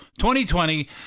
2020